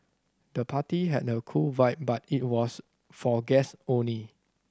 the party had a cool vibe but it was for guest only